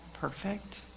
perfect